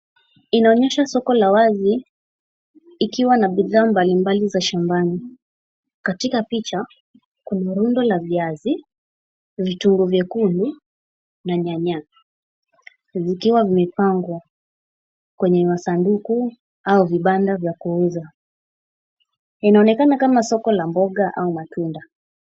Inaonyesha soko la wazi ikiwa na bidhaa mbalimbali za shambani. Katika picha, kuna rundo la viazi, vitunguu vyekundu na nyanya. Zikiwa vimepangwa, kwenye masanduku au vibanda vya kuuza. Inaonekana kama soko la mboga au matunda.